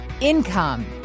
income